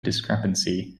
discrepancy